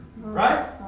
Right